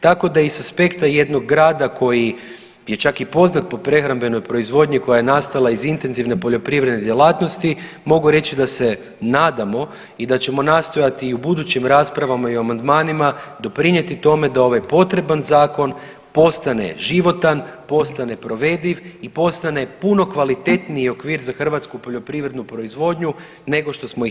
Tako da i sa aspekta jednog grada koji je čak i poznat po prehrambenoj proizvodnji koja je nastala iz intenzivne poljoprivredne djelatnosti, mogu reći da se nadamo i da ćemo nastojati i u budućim raspravama i o amandmanima doprinijeti tome da ovaj potreban zakon postane životan, postane provediv i postane puno kvalitetniji okvir za hrvatsku poljoprivrednu proizvodnju nego što smo imali do sada.